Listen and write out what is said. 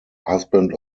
husband